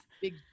big